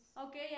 Okay